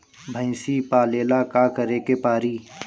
भइसी पालेला का करे के पारी?